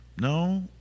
no